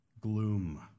Gloom